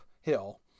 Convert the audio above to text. hill